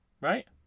Right